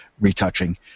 retouching